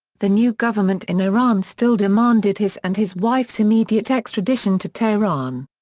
the new government in iran still demanded his and his wife's immediate extradition to tehran.